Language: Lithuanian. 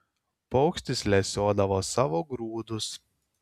paukštis lesiodavo savo grūdus